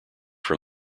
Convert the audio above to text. from